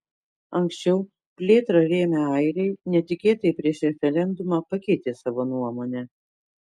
anksčiau plėtrą rėmę airiai netikėtai prieš referendumą pakeitė savo nuomonę